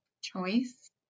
choice